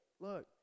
look